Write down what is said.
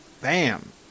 Bam